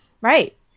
Right